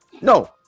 No